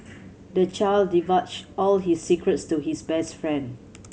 the child divulged all his secrets to his best friend